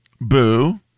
Boo